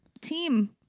team